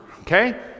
Okay